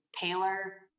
paler